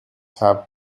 have